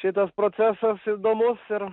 šitas procesas įdomus ir